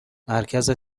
مرکز